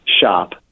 shop